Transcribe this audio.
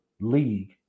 league